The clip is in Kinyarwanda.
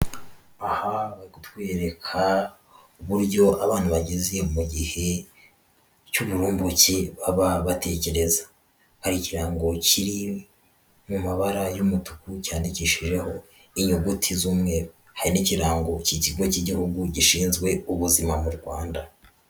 Aha bari kutwereka uburyo abantu bageze mu gihe cy'uburumbuke baba batekereza. Hari ikirango kiri mu mabara y'umutuku cyandikishijeho inyuguti z'umweru. Hari n'ikirango cy'ikigo cy'igihugu gishinzwe ubuzima mu Rwanda.